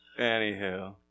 Anywho